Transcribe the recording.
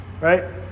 right